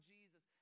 Jesus